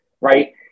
right